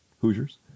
Hoosiers